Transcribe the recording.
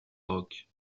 rock